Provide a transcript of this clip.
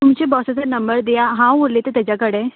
तुमचे बससे नंबर दिया हांव उलयतां तेज्या कडेन